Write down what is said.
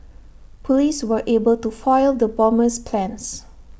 Police were able to foil the bomber's plans